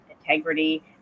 integrity